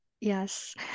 Yes